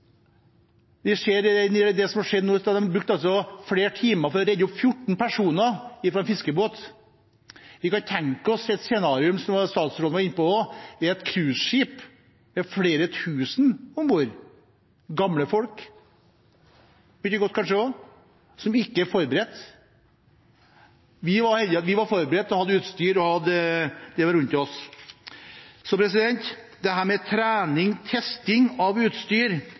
Vi ser av det som har skjedd nå, at de brukte flere timer på å redde 14 personer fra en fiskebåt. Vi kan tenke oss et scenario – som også statsråden var inne på – med et cruiseskip med flere tusen om bord, gamle folk er det kanskje også, som ikke er forberedt. Vi var heldige; vi var forberedt og hadde utstyr rundt oss. Til dette med trening og testing av utstyr